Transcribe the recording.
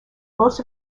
most